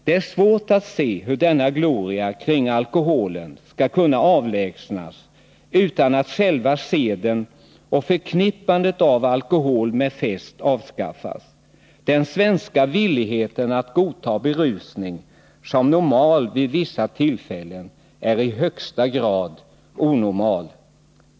Det är svårt att se hur denna gloria kring alkoholen skall kunna avlägsnas utan att själva seden och förknippandet av alkohol med fest avskaffas. Den svenska villigheten att godta berusning som normal vid vissa tillfällen är i högsta grad onormal.